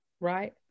right